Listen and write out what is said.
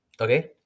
okay